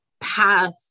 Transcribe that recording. path